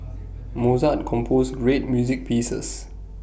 Mozart composed great music pieces